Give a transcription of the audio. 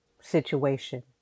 situation